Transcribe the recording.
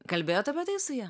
kalbėjot apie tai su ja